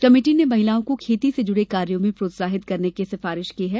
committee ने महिलाओं को खेती से जुड़े कायोँ में प्रोत्साहित करने की सिफारिश की है